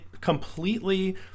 completely